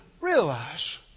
realize